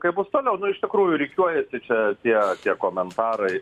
kaip bus toliau nu iš tikrųjų rikiuojasi čia tie tie komentarai